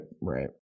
right